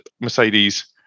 mercedes